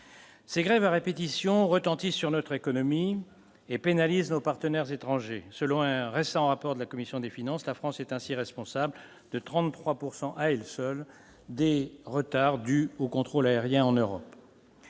Ces grèves à répétition retenti sur notre économie et pénalise nos partenaires étrangers, selon un récent rapport de la commission des finances, la France est ainsi responsable de 33 pourcent à elle seule Des retards dus au contrôle aérien en Europe,